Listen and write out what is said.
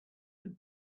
had